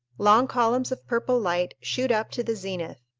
long columns of purple light shoot up to the zenith,